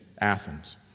Athens